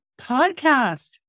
podcast